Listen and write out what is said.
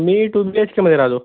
मी two B H केमध्ये राहतो